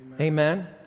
Amen